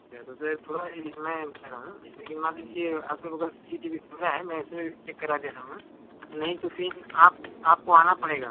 अच्छा तो सर थोड़ा ये मैं कह रहा हूँ जैसे कि मान लीजिए अगल बगल C C T V camera है मैं इसमें भी चेक करा दे रहा हूँ और नहीं तो फिन आप आपको आना पड़ेगा